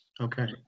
Okay